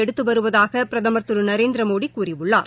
எடுத்து வருவதாக பிரதமா் திரு நரேந்திரமோடி கூறியுள்ளார்